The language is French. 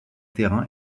terrain